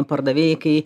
pardavėjai kai